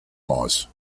mars